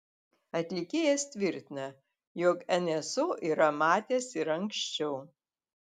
atlikėjas tvirtina jog nso yra matęs ir anksčiau